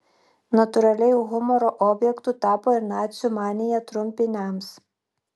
natūraliai humoro objektu tapo ir nacių manija trumpiniams